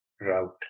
route